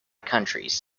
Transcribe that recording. countries